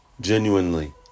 genuinely